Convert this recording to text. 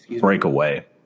breakaway